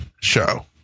show